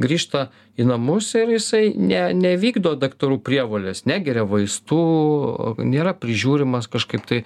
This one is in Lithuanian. grįžta į namus ir jisai ne nevykdo daktarų prievolės negeria vaistų nėra prižiūrimas kažkaip tai